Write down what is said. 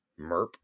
merp